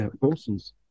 persons